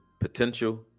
potential